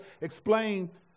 explain